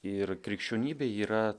ir krikščionybė yra